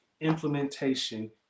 implementation